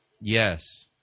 Yes